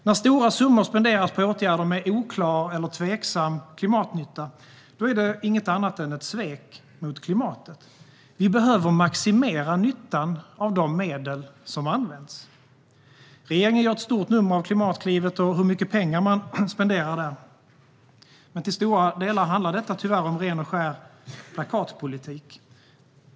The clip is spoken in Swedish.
När stora summor spenderas på åtgärder med oklar eller tveksam klimatnytta är det inget annat än ett svek mot klimatet. Vi behöver maximera nyttan av de medel som används. Regeringen gör ett stort nummer av Klimatklivet och hur mycket pengar man spenderar där, men till stor del handlar detta tyvärr om ren och skär plakatpolitik.